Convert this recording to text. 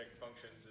functions